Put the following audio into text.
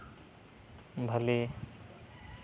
ᱵᱷᱟᱞᱤ